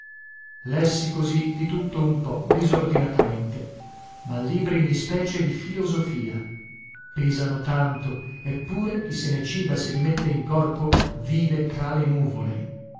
lessi così di tutto un po disordinatamente ma libri in ispecie di filosofia pesano tanto eppure chi se ne ciba e se li mette in corpo vive tra le nuvole